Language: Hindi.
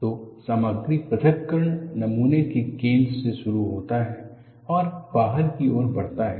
तो सामग्री पृथक्करण नमूने के केंद्र से शुरू होता है और बाहर की ओर बढ़ता है